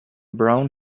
brown